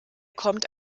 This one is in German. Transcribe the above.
kommt